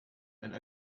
and